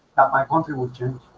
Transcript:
my country will change